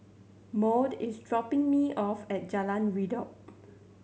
Maude is dropping me off at Jalan Redop